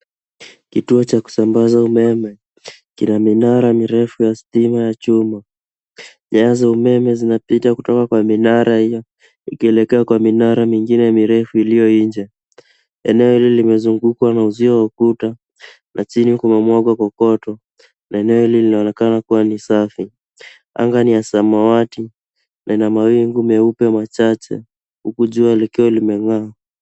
Kituo cha kusambaza umeme kina minara mirefu ya stima ya chuma. Nyaya za umeme zimepita kutoka kwa minara hiyo ikielekea kwa minara mingine mirefu iliyo nje. Eneo hili limezungukwa na uzio wa ukuta na chini kumemwagwa kokoto na eneo hili linaonekana kuwa ni safi. Anga ni ya samawati na ina mawingu meupe machache huku jua likiwa limeng'aa.